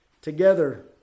together